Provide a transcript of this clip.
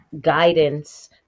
guidance